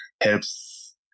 helps